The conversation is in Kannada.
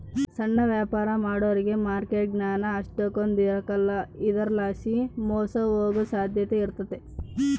ಸಣ್ಣ ವ್ಯಾಪಾರ ಮಾಡೋರಿಗೆ ಮಾರ್ಕೆಟ್ ಜ್ಞಾನ ಅಷ್ಟಕೊಂದ್ ಇರಕಲ್ಲ ಇದರಲಾಸಿ ಮೋಸ ಹೋಗೋ ಸಾಧ್ಯತೆ ಇರ್ತತೆ